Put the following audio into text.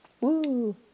Woo